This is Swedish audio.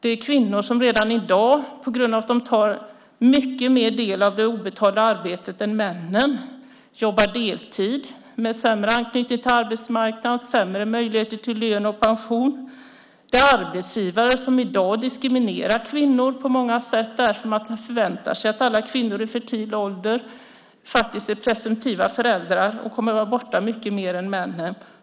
Det är kvinnor som redan i dag tar mycket större del av det obetalda arbetet än männen och som därför jobbar deltid, med sämre anknytning till arbetsmarknaden och sämre möjligheter till lön och pension. Det är arbetsgivare som i dag på många sätt diskriminerar kvinnor därför att man väntar sig att kvinnor i fertil ålder är presumtiva föräldrar och kommer att vara borta mycket mer från jobbet än männen.